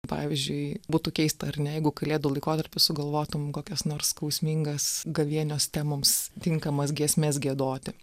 pavyzdžiui būtų keista ar ne jeigu kalėdų laikotarpį sugalvotum kokias nors skausmingas gavėnios temoms tinkamas giesmes giedoti